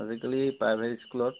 আজিকালি প্ৰাইভেট স্কুলত